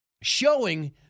showing